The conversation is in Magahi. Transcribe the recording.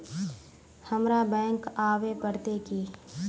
हमरा बैंक आवे पड़ते की?